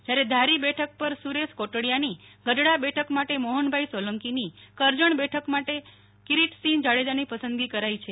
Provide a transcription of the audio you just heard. જયારે ધારી બેઠક પર સુ રેશ કોટડીયાની ગઢડા બેઠક માટે મોફનભાઇ સોલંકીની કરજણ બેઠક માટે કિરીટસિંહ જાડેજાની પસંદગી કરાઇ છે